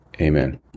Amen